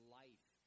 life